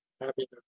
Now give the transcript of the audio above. happy